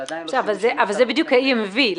זה בדיוק ה-EMV.